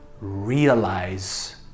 realize